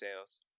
sales